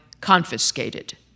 confiscated